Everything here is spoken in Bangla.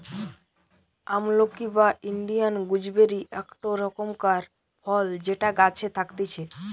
আমলকি বা ইন্ডিয়ান গুজবেরি একটো রকমকার ফল যেটা গাছে থাকতিছে